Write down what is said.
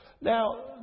Now